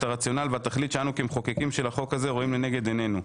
הרציונל והתכלית שאנו כמחוקקים של החוק זה רואים לנגד עינינו.